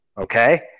okay